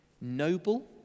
noble